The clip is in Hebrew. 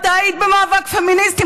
מתי היית במאבק פמיניסטי?